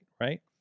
right